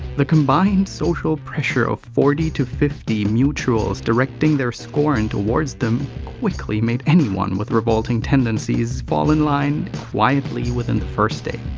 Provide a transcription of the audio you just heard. the combined social pressure of forty fifty mutuals directing their scorn towards them quickly made anyone with revolting tendencies fall in line quietly within the first day.